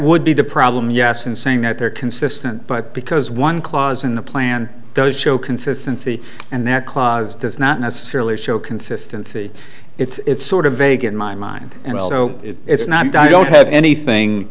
would be the problem yes in saying that they're consistent but because one clause in the plan does show consistency and that clause does not necessarily show consistency it's sort of vague in my mind and so it's not i don't have anything